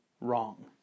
wrong